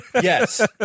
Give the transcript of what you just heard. Yes